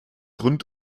rund